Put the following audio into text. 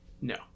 No